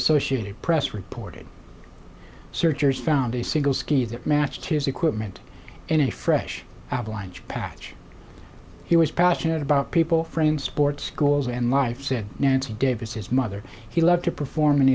associated press reported searchers found a single ski that matched his equipment in a fresh avalanche patch he was passionate about people friends sports schools and life said nancy davis mother he loved to perform and